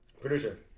Producer